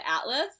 Atlas